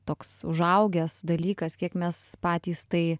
toks užaugęs dalykas kiek mes patys tai